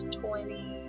twenty